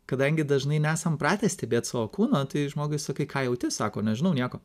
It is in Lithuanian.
kadangi dažnai nesam pratę stebėt savo kūno tai žmogui sakai ką jauti sako nežinau nieko